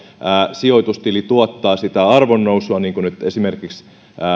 sijoitustili tuottaa arvonnousua niin kuin nyt esimerkiksi